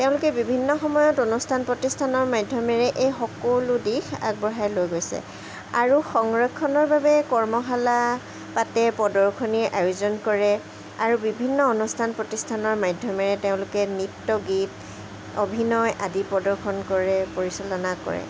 তেওঁলোকে বিভিন্ন সময়ত অনুষ্ঠান প্ৰতিষ্ঠানৰ মাধ্যমেৰে এই সকলো দিশ আগবঢ়াই লৈ গৈছে আৰু সংৰক্ষণৰ বাবে কৰ্মশালা পাতে প্ৰদৰ্শনীৰ আয়োজন কৰে আৰু বিভিন্ন অনুষ্ঠান প্ৰতিষ্ঠানৰ মাধ্যমেৰে তেওঁলোকে নৃত্য গীত অভিনয় আদি প্ৰদৰ্শন কৰে পৰিচালনা কৰে